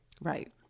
right